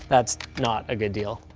that's not a good deal.